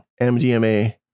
MDMA